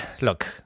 Look